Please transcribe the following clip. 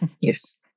Yes